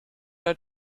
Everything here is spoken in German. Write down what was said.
der